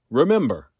remember